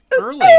early